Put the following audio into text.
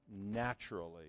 naturally